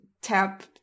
tap